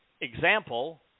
example